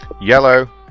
Yellow